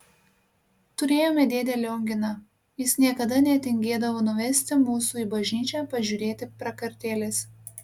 turėjome dėdę lionginą jis niekada netingėdavo nuvesti mūsų į bažnyčią pažiūrėti prakartėlės